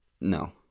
No